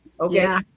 Okay